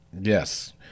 Yes